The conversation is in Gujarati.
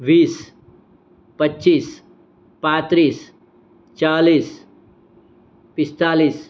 વીસ પચ્ચીસ પાંત્રીસ ચાલીસ પિસ્તાલીસ